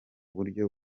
buryo